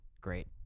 great